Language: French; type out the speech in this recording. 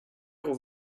heure